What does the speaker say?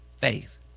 faith